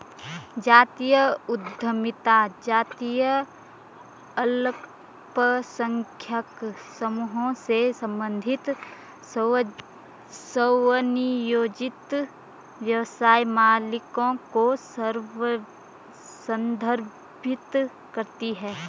जातीय उद्यमिता जातीय अल्पसंख्यक समूहों से संबंधित स्वनियोजित व्यवसाय मालिकों को संदर्भित करती है